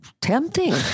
tempting